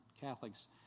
Catholics